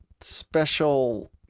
special